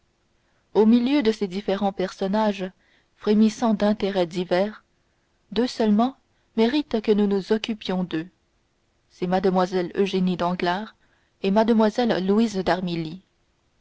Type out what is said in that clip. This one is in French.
au milieu de ces différents personnages frémissant d'intérêts divers deux seulement méritent que nous nous occupions d'eux c'est mlle eugénie danglars et mlle louise